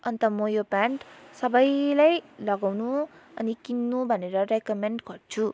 अन्त म यो प्यान्ट सबैलाई लगाउनु अनि किन्नु भनेर रेकमेन्ड गर्छु